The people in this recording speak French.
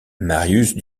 marius